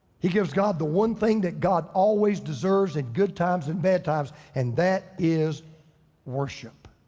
he gives god the one thing that god always deserves at good times and bad times, and that is worship.